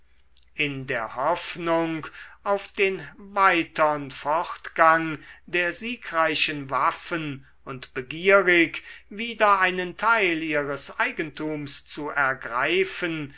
in der hoffnung auf den weitern fortgang der siegreichen waffen und begierig wieder einen teil ihres eigentums zu ergreifen